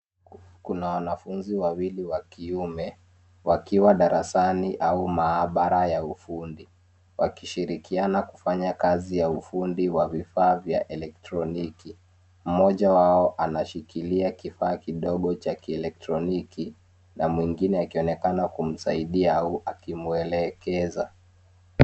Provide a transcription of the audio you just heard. Kuna wanafunzi wawili wa kiume wakiwa darasani au maabara ya ufundi wakishirikiana kufanya kazi ya ufundi wa vifaa vya elektroniki. Mmoja wao aanshikilia kifaa kidogo cha kielektroniki na mwingine akionekana kumsaidia au kumuelekeza.